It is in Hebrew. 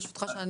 ברשותך,